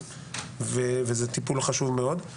וזה טיפול חשוב מאוד.